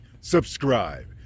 subscribe